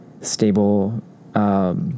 stable